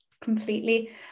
completely